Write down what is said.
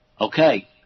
okay